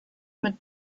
mit